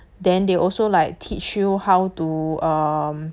then they also like teach you how to um